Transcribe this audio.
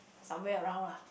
somewhere around lah